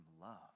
love